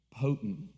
potent